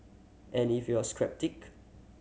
and if you're a strap